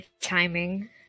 timing